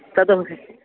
तद्